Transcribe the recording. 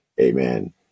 Amen